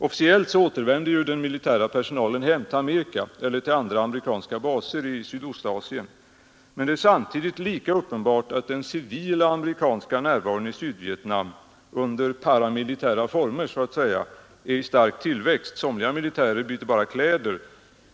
Officiellt återvände ju den militära personalen hem till Amerika eller till andra amerikanska baser i Sydostasien, men det är samtidigt lika uppenbart att den civila amerikanska närvaron i Sydvietnam — under paramilitära former, så att säga — är i stark tillväxt. Somliga militärer byter bara kläder.